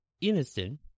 innocent